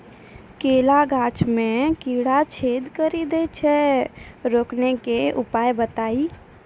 केला गाछ मे कीड़ा छेदा कड़ी दे छ रोकने के उपाय बताइए?